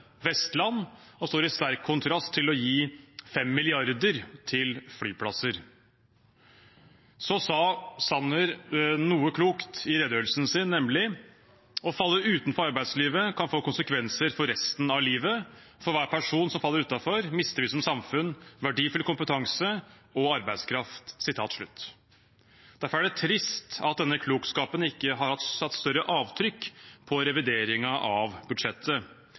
Vestland og står i sterk kontrast til å gi 5 mrd. kr til flyplasser. Sanner sa noe klokt i redegjørelsen sin, nemlig: «Å falle utenfor arbeidslivet kan få konsekvenser for resten av livet. Og for hver person som faller utenfor, mister også vi som samfunn verdifull kompetanse og arbeidskraft.» Derfor er det trist at denne klokskapen ikke har satt større avtrykk på revideringen av budsjettet.